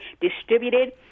distributed